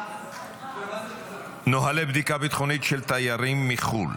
לסדר-היום בנושא: נוהלי בדיקה ביטחונית של תיירים מחו"ל.